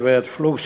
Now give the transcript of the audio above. גברת פלוג,